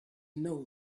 know